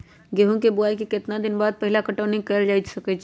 गेंहू के बोआई के केतना दिन बाद पहिला पटौनी कैल जा सकैछि?